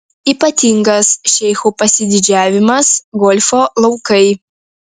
ypatingas šeichų pasididžiavimas golfo laukai